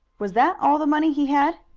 was that all the money he had?